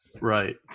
Right